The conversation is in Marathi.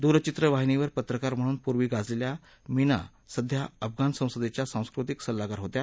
दूरचित्रवाहिनीवर पत्रकार म्हणून पूर्वी गाजलेल्या मीना सध्या अफगाण संसदेच्या सांस्कृतिक सल्लगार होत्या